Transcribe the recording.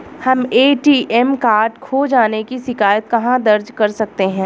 हम ATM card खो जाने की शिकायत कहाँ दर्ज कर सकते हैं?